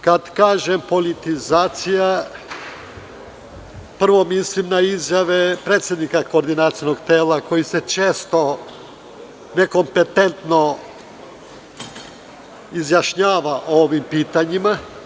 Kad kažem politizacija, prvo mislim na izjave predsednika koordinacionog tela koji se često nekompetentno izjašnjava o ovim pitanjima.